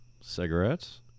cigarettes